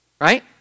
right